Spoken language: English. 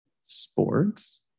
Sports